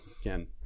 again